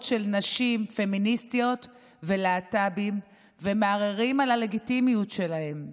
של נשים פמיניסטיות ולהט"בים ומערערים על הלגיטימיות שלהם.